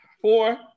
four